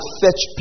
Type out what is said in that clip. fetch